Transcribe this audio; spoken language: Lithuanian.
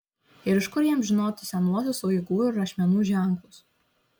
ir iš kur jam žinoti senuosius uigūrų rašmenų ženklus